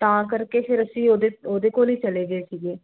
ਤਾਂ ਕਰਕੇ ਫਿਰ ਅਸੀਂ ਉਹਦੇ ਅਤੇ ਉਹਦੇ ਕੋਲ ਹੀ ਚਲੇ ਗਏ ਸੀਗੇ